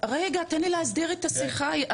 תן לי להסדיר את השיחה.